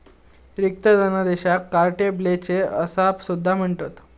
रिक्त धनादेशाक carte blanche असा सुद्धा म्हणतत